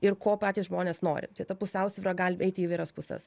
ir ko patys žmonės nori tai ta pusiausvyra gali eiti į įvairias puses